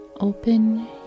open